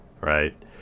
right